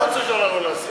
מה אתה רוצה שאנחנו נעשה?